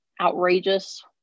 outrageous